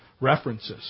references